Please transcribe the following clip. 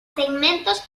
segmentos